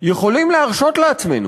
יכולים להרשות לעצמנו